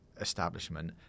establishment